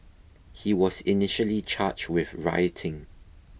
he was initially charged with rioting